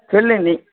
சொல் நீ